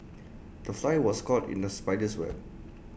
the fly was caught in the spider's web